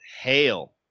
hail